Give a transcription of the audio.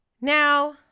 Now